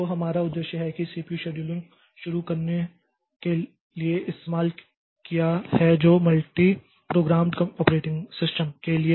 तोहमारा उद्देश्य है कि हम सीपीयू शेड्यूलिंग शुरू करने के लिए इस्तेमाल किया है जो मल्टी प्रोग्राम्ड ऑपरेटिंग सिस्टम के लिए आधार है